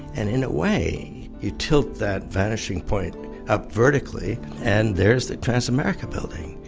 and, in a way, you tilt that vanishing point up vertically and there's the transamerica building.